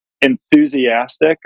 enthusiastic